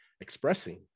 expressing